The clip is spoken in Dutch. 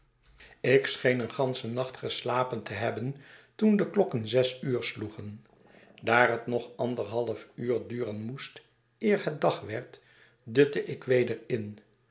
ik scheen een ganschen nacht geslapen te hebben toen de klokken zes uur sloegen daar het nog anderhalf uur duren moest eer het dag werd dutte ik weder in